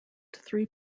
three